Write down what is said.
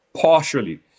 partially